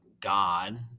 God